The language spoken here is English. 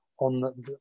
on